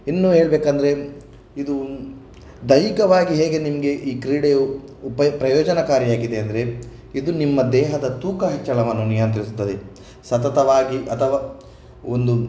ಇನ್ನು ಹೇಳಬೇಕೆಂದರೆ ಇದು ದೈಹಿಕವಾಗಿ ಹೇಗೆ ನಿಮಗೆ ಈ ಕ್ರೀಡೆಯು ಉಪ ಪ್ರಯೋಜನಕಾರಿಯಾಗಿದೆ ಅಂದರೆ ಇದು ನಿಮ್ಮ ದೇಹದ ತೂಕ ಹೆಚ್ಚಳವನ್ನು ನಿಯಂತ್ರಿಸುತ್ತದೆ ಸತತವಾಗಿ ಅಥವಾ ಒಂದು